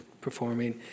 performing